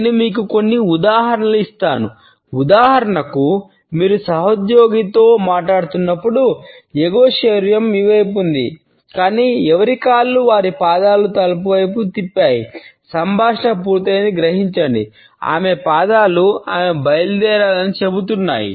నేను మీకు కొన్ని ఉదాహరణలు ఇస్తాను ఉదాహరణకు మీరు సహోద్యోగితో మాట్లాడుతున్నట్లయితే ఎగువ శరీరం మీ వైపు ఉంది కానీ ఎవరి కాళ్ళు మరియు పాదాలు తలుపు వైపు తిప్పాయి సంభాషణ పూర్తయిందని గ్రహించండి ఆమె పాదాలు ఆమె బయలుదేరాలని చెబుతున్నాయి